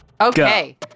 okay